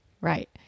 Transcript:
Right